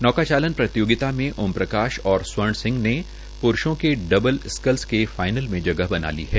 नौका चालन प्रतियोगिता में ओमप्रकाश और स्वर्ण सिंह ने प्रूषों के डबल स्क्लस के फाईनल में बना ली है